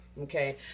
Okay